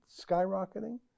skyrocketing